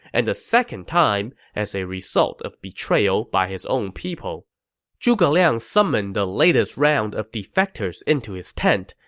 and the second time as a result of betrayal by his own people zhuge liang called and the latest round of defectors into his tent,